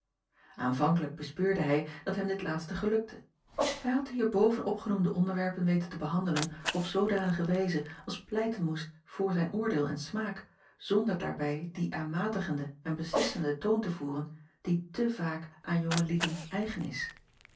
anvankelijk bespeurde hij dat hem dit laatste gelukte ij had de hierboven opgenoemde onderwerpen weten te behandelen op zoodanige wijze als pleiten moest voor zijn oordeel en smaak zonder daarbij dien aanmatigenden en beslissenden toon te voeren die te vaak aan jonge lieden eigen is